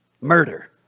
Murder